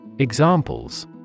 Examples